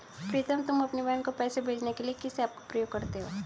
प्रीतम तुम अपनी बहन को पैसे भेजने के लिए किस ऐप का प्रयोग करते हो?